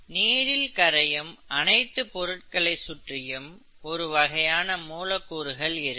நீரில் கரையும் அனைத்து பொருட்களை சுற்றியும் ஒரு வகையான மூலக்கூறுகள் இருக்கும்